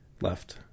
left